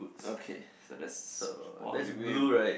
okay so that's